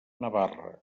navarra